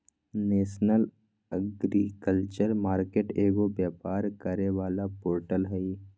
national agriculture market एगो व्यापार करे वाला पोर्टल हई